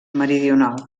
meridional